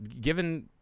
given